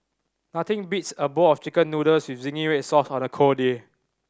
nothing beats a bowl of Chicken Noodles with zingy red sauce on a cold day